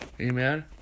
Amen